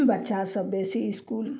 बच्चा सब बेसी इस्कूल